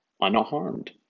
unharmed